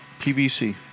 PBC